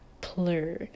plur